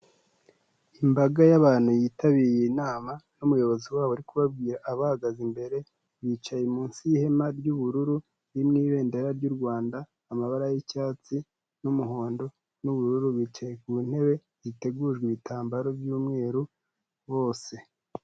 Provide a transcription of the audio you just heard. Imbaga y'abantu yitabiriye inama n'umuyobozi wabo ari kubabwira abahagaze imbere, bicaye munsi y'ihema ry'ubururu, iri mu ibendera ry'u Rwanda, amabara y'icyatsi, n'umuhondo, n'ubururu. Bicaye ku ntebe zitegujwe ibitambaro by'umweru bose.